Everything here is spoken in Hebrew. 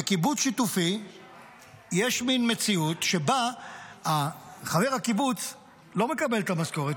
בקיבוץ שיתופי יש מין מציאות שבה חבר הקיבוץ לא מקבל את המשכורת,